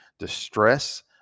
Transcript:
distress